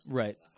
right